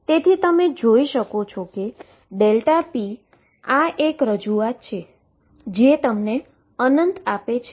તેથી તમે જોઈ શકો છો કે Δp આ એક રજૂઆત છે જે તમને આપે છે